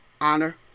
honor